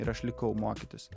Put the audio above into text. ir aš likau mokytis